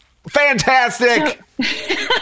Fantastic